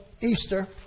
Easter